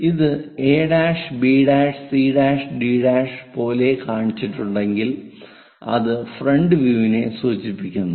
ഇത് A' B' C' D' a' b' c' d' പോലെ കാണിച്ചിട്ടുണ്ടെങ്കിൽ അത് ഫ്രണ്ട് വ്യൂ യിനെ സൂചിപ്പിക്കുന്നു